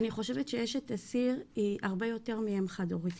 אני חושבת שאשת אסיר היא הרבה יותר מאם חד הורית,